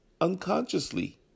unconsciously